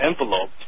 envelope